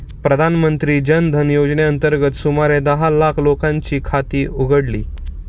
प्रधानमंत्री जन धन योजनेअंतर्गत सुमारे दहा लाख लोकांची खाती उघडली